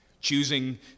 choosing